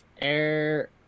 air